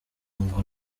ngo